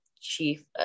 chief